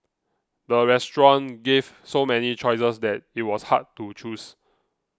the restaurant gave so many choices that it was hard to choose